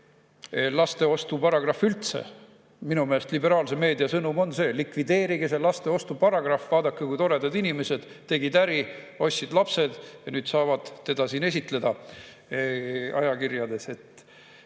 lasteostu paragrahv üldse! Minu meelest liberaalse meedia sõnum on see: likvideerige see lasteostu paragrahv! Vaadake, kui toredad inimesed – tegid äri, ostsid lapsed ja nüüd saavad neid siin ajakirjades